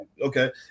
Okay